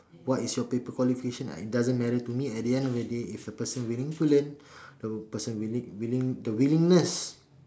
what is your paper qualification it doesn't matter to me at the end of the day if the person willing to learn the person willing willing the willingness